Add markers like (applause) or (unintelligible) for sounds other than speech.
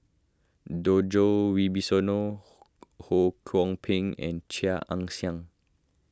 (unintelligible) Wibisono (noise) Ho Kwon Ping and Chia Ann Siang